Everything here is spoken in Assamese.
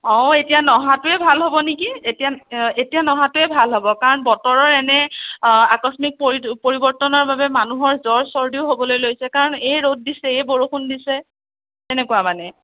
অঁ এতিয়া নহাটোৱে ভাল হ'ব নেকি এতিয়া এতিয়া নহাটোৱে ভাল হ'ব কাৰণ বতৰৰ এনে আকস্মিক পৰি পৰিৱৰ্তনৰ বাবে মানুহৰ জ্বৰ চৰ্দিও হ'বলৈ লৈছে কাৰণ এই ৰ'দ দিছে এই বৰষুণ দিছে তেনেকুৱা মানে